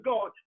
God